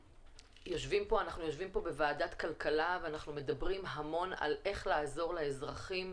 אנחנו יושבים פה בוועדת כלכלה ומדברים המון על איך לעזור לאזרחים,